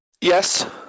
Yes